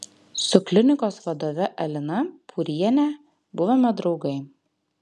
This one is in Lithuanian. su klinikos vadove alina pūriene buvome draugai